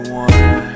one